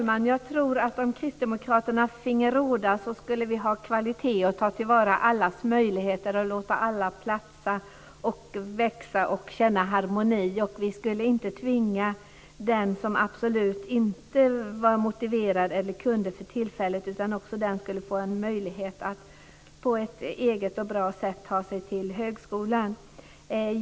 Fru talman! Om kristdemokraterna finge råda skulle det bli kvalitet. Vi skulle ta till vara allas möjligheter och låta alla platsa, växa och känna harmoni. Vi skulle inte tvinga den som absolut inte är motiverad eller som för tillfället inte kan att börja studera. Också en sådan person skulle få en möjlighet att på ett individuellt och bra sätt ta sig till högskolan.